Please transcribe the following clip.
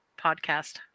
podcast